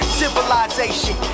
civilization